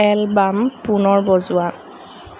album পুনৰ বজোৱা